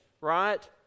right